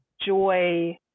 joy